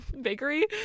bakery